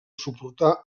suportar